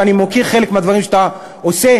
ואני מוקיר חלק מהדברים שאתה עושה,